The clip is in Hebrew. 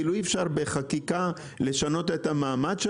אי-אפשר בחקיקה לשנות את המעמד של